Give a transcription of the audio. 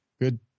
good